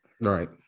Right